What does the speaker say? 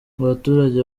abaturage